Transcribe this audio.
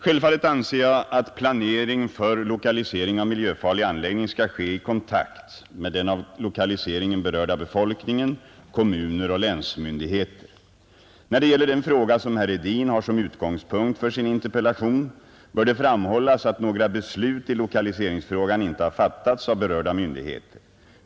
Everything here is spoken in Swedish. Självfallet anser jag att planering för lokalisering av miljöfarlig anläggning skall ske i kontakt med den av lokaliseringen berörda befolkningen, kommuner och länsmyndigheter. När det gäller den fråga som herr Hedin har som utgångspunkt för sin interpellation bör det framhållas att några beslut i lokaliseringsfrågan inte har fattats av berörda myndigheter.